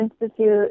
Institute